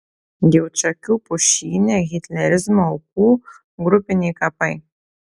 jaučakių pušyne hitlerizmo aukų grupiniai kapai